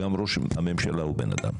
גם ראש הממשלה הוא בן אדם.